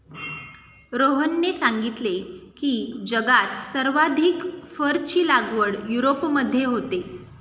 रोहनने सांगितले की, जगात सर्वाधिक फरची लागवड युरोपमध्ये होते